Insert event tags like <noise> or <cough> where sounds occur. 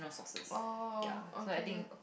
<noise> orh okay